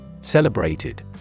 Celebrated